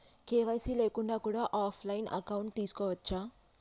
KYC లేకుండా కూడా offline account తీసుకోవచ్చా?